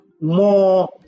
more